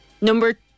Number